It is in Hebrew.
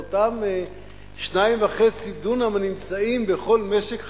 באותם 2.5 דונם הנמצאים בכל משק חקלאי,